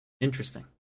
Interesting